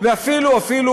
ואפילו אפילו,